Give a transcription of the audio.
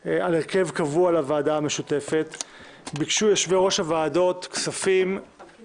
התשפ"א 29 בספטמבר 2020. בהתאם להוראות סעיף